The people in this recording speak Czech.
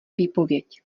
výpověď